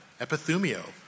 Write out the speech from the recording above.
Epithumio